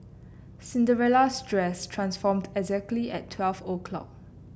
Cinderella's dress transformed exactly at twelve o'clock